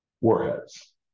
warheads